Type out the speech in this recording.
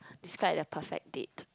describe the perfect date